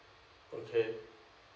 okay